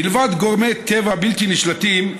מלבד גורמי טבע בלתי נשלטים,